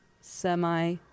semi